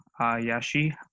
yashi